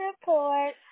report